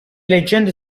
leggende